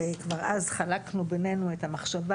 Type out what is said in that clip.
וכבר אז חלקנו בינינו את המחשבה,